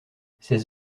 ces